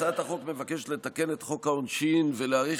הצעת החוק מבקשת לתקן את חוק העונשין ולהאריך